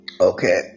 okay